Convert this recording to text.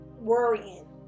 worrying